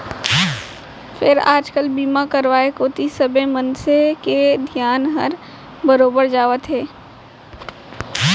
फेर आज काल बीमा करवाय कोती सबे मनसे के धियान हर बरोबर जावत हे